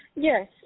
Yes